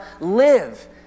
live